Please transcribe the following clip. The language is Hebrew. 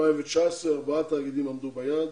ב-2019 ארבעה תאגידים עמדו ביעד.